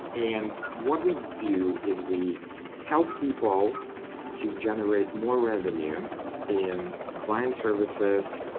and what we do is we help people to generate more revenue in client services,